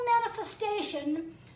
manifestation